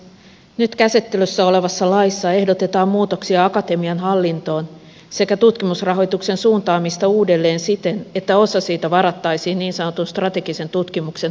nyt käsittelyssä olevassa laissa ehdotetaan muutoksia akatemian hallintoon sekä tutkimusrahoituksen suuntaamista uudelleen siten että osa siitä varattaisiin niin sanotun strategisen tutkimuksen tarpeisiin